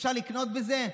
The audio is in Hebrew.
אפשר לקנות בזה?